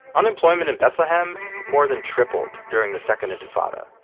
unemployment in bethlehem more than tripled during the second intifada.